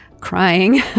crying